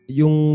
yung